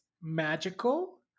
magical